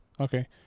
Okay